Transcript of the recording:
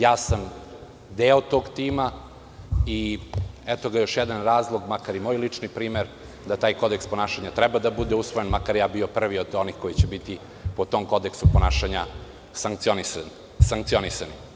Ja sam deo tog tima i eto ga još jedan razlog, makar i moj lični primer, da taj kodeks ponašanja treba da bude usvojen, makar ja bio prvi od onih koji će biti po tom kodeksu ponašanja sankcionisani.